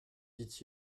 dit